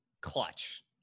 clutch